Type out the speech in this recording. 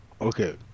Okay